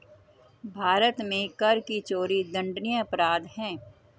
भारत में कर की चोरी दंडनीय अपराध है